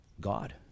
God